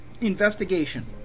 investigation